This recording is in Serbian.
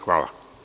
Hvala.